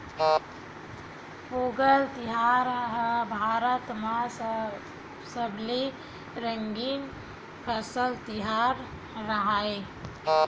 पोंगल तिहार ह भारत म सबले रंगीन फसल तिहार हरय